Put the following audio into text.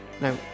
Now